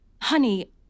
Honey